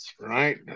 right